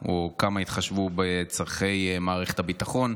או על כמה התחשבו בצורכי מערכת הביטחון,